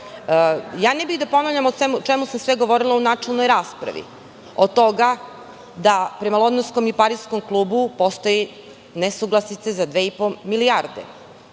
bih da ponavljam o čemu sam sve govorila u načelnoj raspravi, od toga da prema Londonskom i Pariskom klubu postoje nesuglasice za dve i pô milijarde,